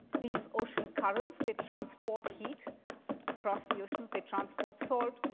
these ocean currents, they transport heat across the oceans. they transport salt.